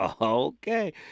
Okay